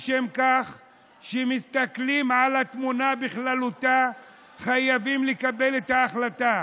כשאנחנו מסתכלים על התמונה בכללותה אנחנו חייבים לקבל את ההחלטה.